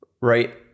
Right